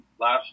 last